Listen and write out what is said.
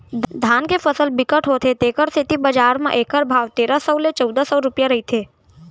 धान के फसल बिकट होथे तेखर सेती बजार म एखर भाव तेरा सव ले चउदा सव रूपिया रहिथे